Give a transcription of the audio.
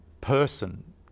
person